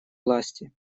власти